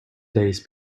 days